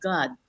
God